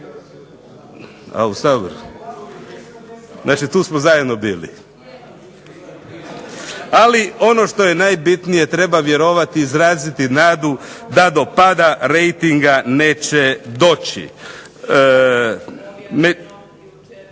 ne razumije./… Ali ono što je najbitnije, treba vjerovati i izraziti nadu da do pada rejtinga neće doći.